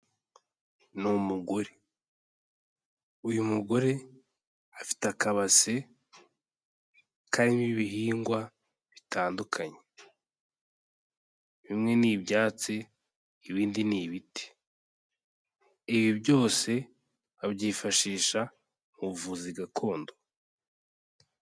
Ni umugore, uyu mugore afite akabase karimo ibihingwa bitandukanye, bimwe ni ibyatsi ibindi ni ibiti, ibi byose babyifashisha mu buvuzi gakondo.